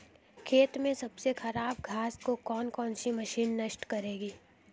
खेत में से खराब घास को कौन सी मशीन नष्ट करेगी?